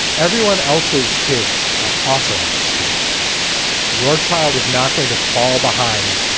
everyone else's kids are also out of school your child is not going to fall behind.